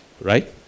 right